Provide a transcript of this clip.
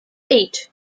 eight